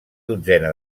dotzena